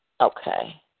Okay